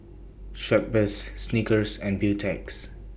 Schweppes Snickers and Beautex